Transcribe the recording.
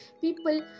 people